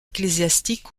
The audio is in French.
ecclésiastiques